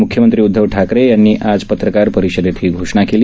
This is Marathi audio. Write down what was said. मुख्यमंत्री उदधव ठाकरे यांनी पत्रकार परिषदेत ही घोषणा केली